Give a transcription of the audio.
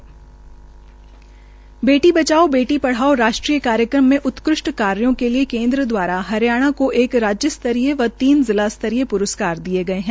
बेटी बचाओ बेटी पढ़ाओ राष्ट्रीय कार्यक्रम में उत्कृष्ट कार्यों के लिए केंद्र द्वारा हरियाणा को एक राज्य स्तरीय व तीन जिला स्तरीय प्रस्कार दिये गये है